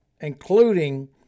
including